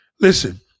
Listen